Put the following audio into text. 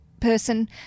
person